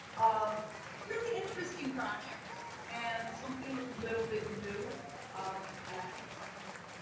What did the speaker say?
um really interesting project and something a little bit new ah and i think something that's